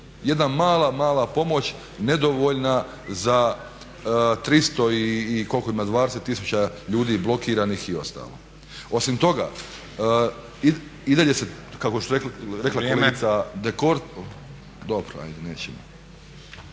jedna mala, mala pomoć nedovoljna za 300 i koliko ima 20 tisuća ljudi blokiranih i ostalo. Osim toga, i dalje se kao što je rekla kolegica … …/Upadica